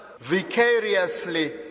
vicariously